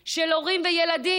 של הורים וילדים,